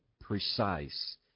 precise